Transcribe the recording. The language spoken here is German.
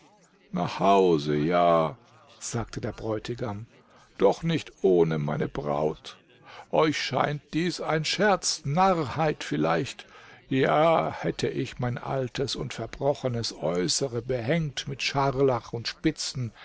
nach hause ja sagte der bräutigam doch nicht ohne meine braut euch scheint dies ein scherz narrheit vielleicht ja hätte ich mein altes und verbrochenes äußere behängt mit scharlach und spitzen